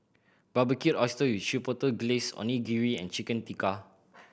Barbecued Oyster with Chipotle Glaze Onigiri and Chicken Tikka